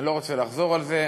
אני לא רוצה לחזור על זה.